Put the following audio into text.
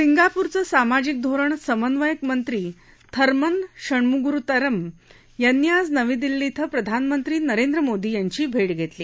सिंगापूरचे सामाजिक धोरण समन्वयक मंत्री थर्मन षण्मुगरतनम यांनी आज नवी दिल्ली इथं प्रधानमंत्री नरेंद्र मोदी यांची भेट घेतली